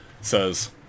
says